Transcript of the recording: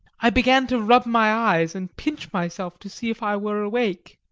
i began to rub my eyes and pinch myself to see if i were awake.